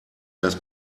das